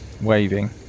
Waving